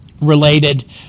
related